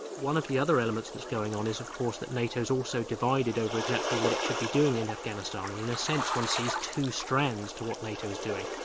one of the other elements that's going on is of course that nato's also divided over exactly what it should be doing in afghanistan, and in a sense one sees two strands to what nato's doing.